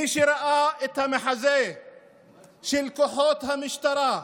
מי שראה את המחזה של כוחות המשטרה,